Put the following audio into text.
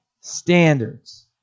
standards